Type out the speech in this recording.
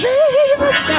Jesus